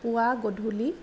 পুৱা গধূলি